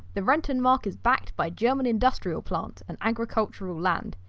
the rentenmark is backed by german industrial plants and agricultural land,